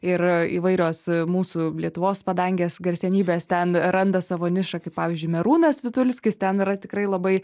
ir įvairios mūsų lietuvos padangės garsenybės ten randa savo nišą kaip pavyzdžiui merūnas vitulskis ten yra tikrai labai